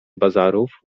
bazarów